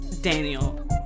Daniel